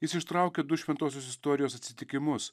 jis ištraukė du šventosios istorijos atsitikimus